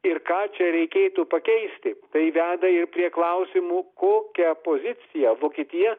ir ką čia reikėtų pakeisti tai veda ir prie klausimų kokią poziciją vokietija